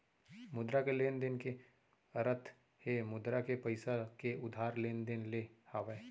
मुद्रा के लेन देन के अरथ हे मुद्रा के पइसा के उधार लेन देन ले हावय